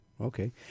Okay